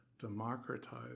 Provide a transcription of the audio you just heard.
democratize